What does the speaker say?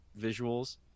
visuals